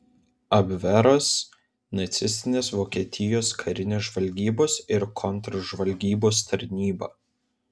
abveras nacistinės vokietijos karinės žvalgybos ir kontržvalgybos tarnyba